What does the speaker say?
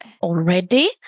already